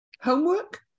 homework